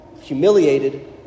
Humiliated